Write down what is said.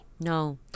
No